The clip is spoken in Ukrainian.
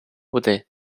води